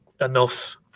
enough